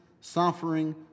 suffering